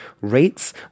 rates